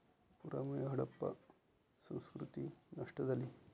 पुरामुळे हडप्पा संस्कृती नष्ट झाली